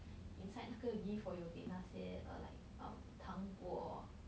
inside 那个 gift 我有给那些 err like um 糖果